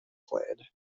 played